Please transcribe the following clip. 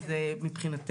זה משמח מאוד.